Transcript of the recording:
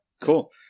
cool